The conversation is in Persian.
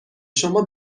شما